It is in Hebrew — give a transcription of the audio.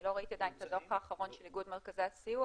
אני לא ראיתי עדיין את הדוח האחרון של איגוד מרכזי הסיוע,